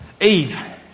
Eve